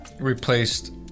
replaced